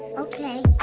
okay